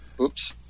oops